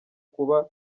kuba